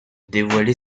dévoiler